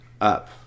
up